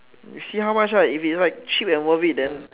you see how much ah if it's like cheap and worth it then